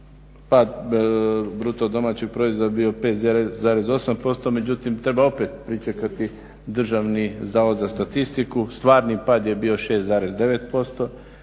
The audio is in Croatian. pad bruto domaćeg proizvoda bio 5,8%. Međutim, treba opet pričekati Državni zavod za statistiku. Stvarni pad je bio 6,9%.